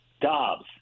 Dobbs